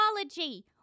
technology